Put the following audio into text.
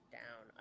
down